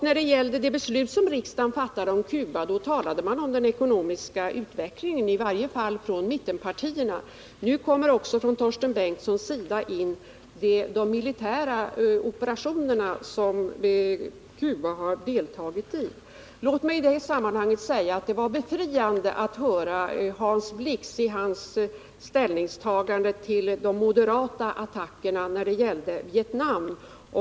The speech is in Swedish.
När det gällde det beslut som riksdagen fattade om Cuba talade man om den ekonomiska utvecklingen, i varje fall från mittenpartierna. Nu för också Torsten Bengtson in de militära operationerna som Cuba deltagit i. Låt mig i sammanhanget säga att det var befriande att höra Hans Blix ställningstagande till de moderata attackerna mot Vietnam.